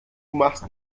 machst